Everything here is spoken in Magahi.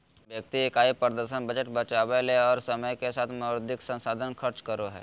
व्यक्ति इकाई प्रदर्शन बजट बचावय ले और समय के साथ मौद्रिक संसाधन खर्च करो हइ